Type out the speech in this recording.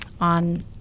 on